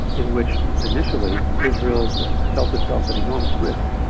in which initially israel felt itself at enormous risk,